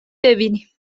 ببینیم